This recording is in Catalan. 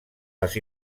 les